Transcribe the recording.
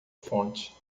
fonte